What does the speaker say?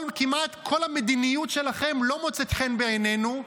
כמעט כל המדיניות שלכם לא מוצאת חן בעינינו.